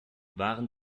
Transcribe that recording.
waren